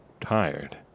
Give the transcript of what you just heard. tired